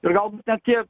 ir galbūt net tie